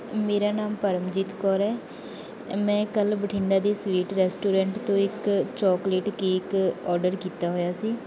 ਮੇਰਾ ਨਾਮ ਪਰਮਜੀਤ ਕੌਰ ਹੈ ਮੈਂ ਕੱਲ੍ਹ ਬਠਿੰਡਾ ਦੀ ਸਵੀਟ ਰੈਸਟੋਰੈਂਟ ਤੋਂ ਇੱਕ ਚੋਕਲੇਟ ਕੇਕ ਔਡਰ ਕੀਤਾ ਹੋਇਆ ਸੀ